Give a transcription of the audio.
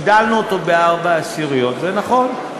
הגדלנו אותו בארבע עשיריות, זה נכון.